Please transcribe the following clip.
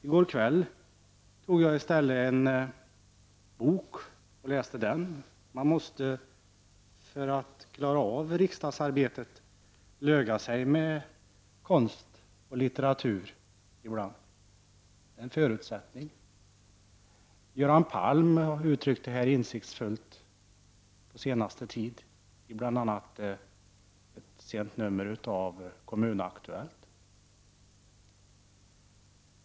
I går kväll läste jag en bok i stället. För att klara av riksdagsarbetet måste man ibland löga sig med konst och litteratur. Det är en förutsättning. Göran Palm har uttryckt detta insiktsfullt i bl.a. ett sent nummer av Kommun Aktuellt.